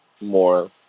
more